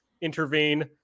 intervene